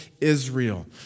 Israel